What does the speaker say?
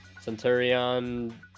Centurion